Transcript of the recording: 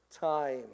time